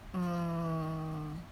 oh